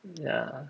yeah